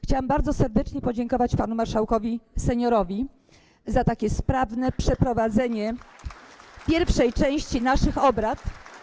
Chciałam bardzo serdecznie podziękować panu marszałkowi seniorowi za sprawne przeprowadzenie pierwszej części naszych obrad.